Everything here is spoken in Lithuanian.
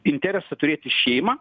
interesą turėti šeimą